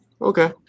Okay